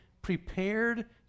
Prepared